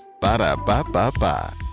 Ba-da-ba-ba-ba